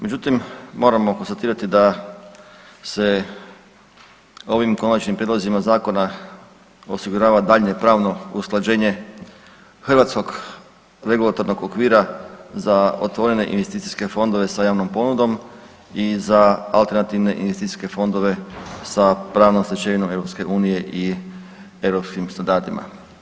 Međutim, moramo konstatirati da se ovim konačnim prijedlozima zakona osigurava daljnje pravno usklađenje hrvatskog regulatornog okvira za otvorene investicijske fondove sa javnom ponudom i za alternativne investicijske ponude sa pravnom stečevinom EU i europskim standardima.